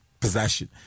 possession